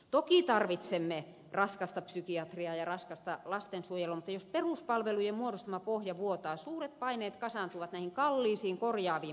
toki tarvitsemme raskasta psykiatriaa ja raskasta lastensuojelua mutta jos peruspalvelujen muodostama pohja vuotaa suuret paineet kasaantuvat näihin kalliisiin korjaaviin palveluihin